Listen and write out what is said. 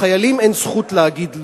לחיילים אין זכות להגיד לא.